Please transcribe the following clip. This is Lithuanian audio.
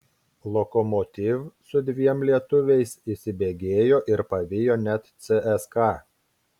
lokomotiv su dviem lietuviais įsibėgėjo ir pavijo net cska